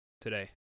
today